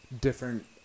different